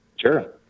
Sure